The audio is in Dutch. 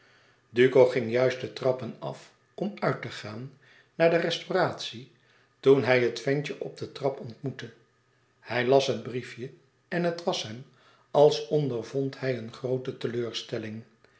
duco ging juist de trappen af om uit te gaan naar de restauratie toen hij het ventje op de trap ontmoette hij las het briefje en het was hem als ondervond hij een groote teleurstelling